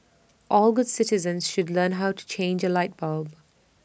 all good citizens should learn how to change A light bulb